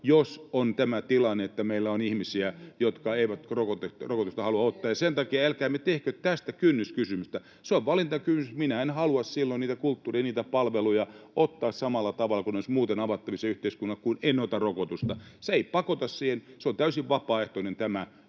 jos on tämä tilanne, että meillä on ihmisiä, jotka eivät rokotusta halua ottaa, ja sen takia älkäämme tehkö tästä kynnyskysymystä. Se on valintakysymys: minä en halua silloin niitä kulttuuri‑ ja muita palveluja ottaa samalla tavalla kuin ne olisivat muuten avattavissa yhteiskunnalle, kun en ota rokotusta. Se ei pakota siihen, on täysin vapaaehtoista tämä